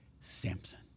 Samson